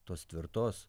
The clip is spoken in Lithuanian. tos tvirtos